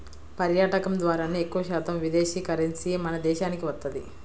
పర్యాటకం ద్వారానే ఎక్కువశాతం విదేశీ కరెన్సీ మన దేశానికి వత్తది